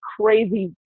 crazy